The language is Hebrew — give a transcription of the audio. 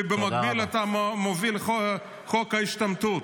ובמקביל אתה מוביל את חוק ההשתמטות.